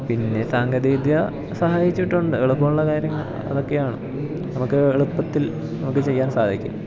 പിന്നെ സാങ്കേതിക വിദ്യ സഹായിച്ചിട്ടുണ്ട് എളുപ്പമുള്ള കാര്യങ്ങൾ അതൊക്കെയാണ് നമുക്ക് എളുപ്പത്തിൽ നമുക്ക് ചെയ്യാൻ സാധിക്കും